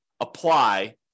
apply